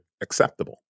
acceptable